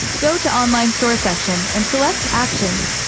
go to online store section and select actions.